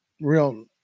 real